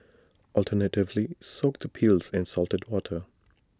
alternatively soak the peels in salted water